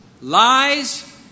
lies